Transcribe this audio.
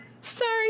Sorry